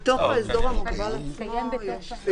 אבל בתוך האזור המוגבל עצמו יש פעילות.